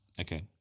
Okay